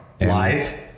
Live